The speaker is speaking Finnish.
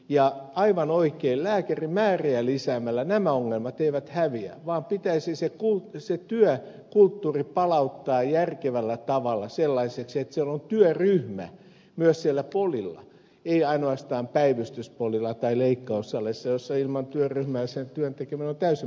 ja aivan oikein lääkärimääriä lisäämällä nämä ongelmat eivät häviä vaan pitäisi se työkulttuuri palauttaa järkevällä tavalla sellaiseksi että on työryhmä myös siellä polilla ei ainoastaan päivystyspolilla tai leikkaussaleissa joissa ilman työryhmää sen työn tekeminen on täysin mahdotonta